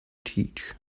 teach